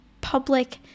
public